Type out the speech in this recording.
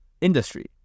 industry